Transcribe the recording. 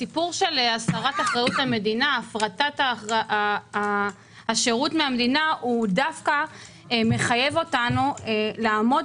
הסיפור של הפרטת השירות מהמדינה דווקא מחייב אותנו לעמוד